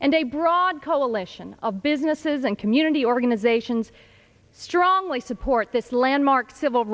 and a broad coalition of businesses and community organizations strongly support this landmark civil